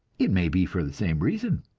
it may be for the same reason.